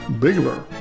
Bigler